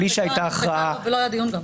נמחקה ולא היה דיון.